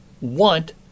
want